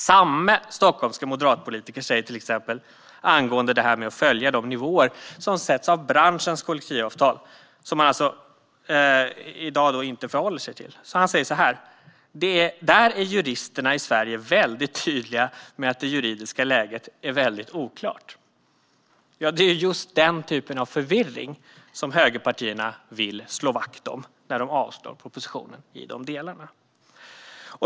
Samme stockholmske moderatpolitiker säger till exempel så här angående detta med att följa de nivåer som sätts av branschens kollektivavtal - avtal man alltså inte förhåller sig till i dag: "Där är juristerna i Sverige väldigt tydliga med att det juridiska läget är väldigt oklart." Det är just den typen av förvirring som högerpartierna vill slå vakt om när de avslår propositionen i de delarna.